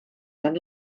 gan